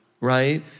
right